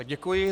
Děkuji.